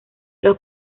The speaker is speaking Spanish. los